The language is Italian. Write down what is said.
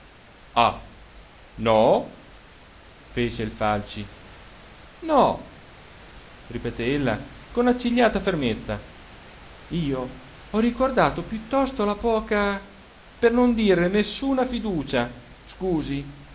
no fece il falci no ripeté ella con accigliata fermezza io ho ricordato piuttosto la poca per non dir nessuna fiducia scusi